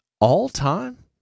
All-time